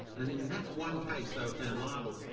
and in that one case, they were found liable.